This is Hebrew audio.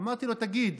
אמרתי לו: תגיד,